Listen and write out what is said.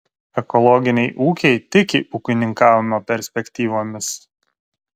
ekologiniai ūkiai tiki ūkininkavimo perspektyvomis